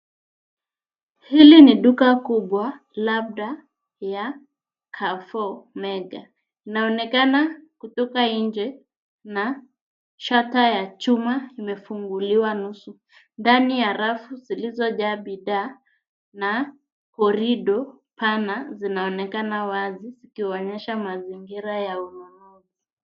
Hili ni duka kubwa labda ya Carrefour mega. Inaonekana kutoka nje na shata ya chuma imefunguliwa nusu, ndani ya rafu zilizojaa bidhaa, na korido pana zinaonekana wazi, zikionyesha mazingira ya ununuzi.